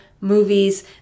movies